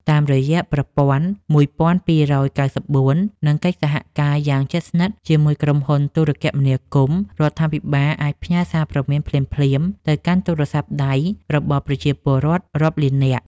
តាមរយៈប្រព័ន្ធ ១២៩៤ និងកិច្ចសហការយ៉ាងជិតស្និទ្ធជាមួយក្រុមហ៊ុនទូរគមនាគមន៍ រដ្ឋាភិបាលអាចផ្ញើសារព្រមានភ្លាមៗទៅកាន់ទូរស័ព្ទដៃរបស់ពលរដ្ឋរាប់លាននាក់។